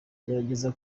gerageza